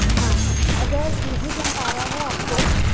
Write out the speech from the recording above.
हाँ अगर नहीं जम पा रा है आपको